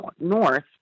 north